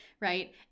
right